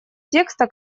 текста